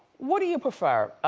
what do you prefer?